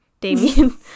Damien